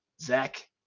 Zach